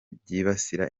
byibasira